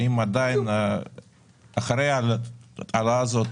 האם אחרי ההעלאה הזאת,